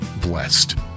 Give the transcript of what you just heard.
blessed